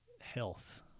health